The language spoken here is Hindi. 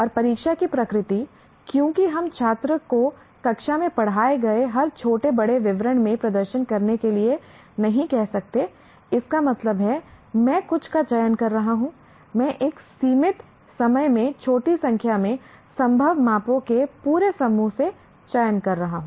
और परीक्षा की प्रकृति क्योंकि हम छात्र को कक्षा में पढ़ाए गए हर छोटे बड़े विवरण में प्रदर्शन करने के लिए नहीं कह सकते इसका मतलब है मैं कुछ का चयन कर रहा हूं मैं एक सीमित समय में छोटी संख्या में संभव मांपो के पूरे समूह से चयन कर रहा हूं